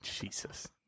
Jesus